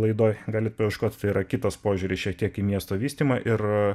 laidoj galit paieškot tai yra kitas požiūris šiek tiek į miesto vystymą ir